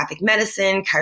medicine